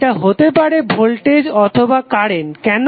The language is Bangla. সেটা হতে পারে ভোল্টেজ অথবা কারেন্ট কেন